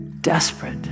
desperate